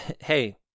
Hey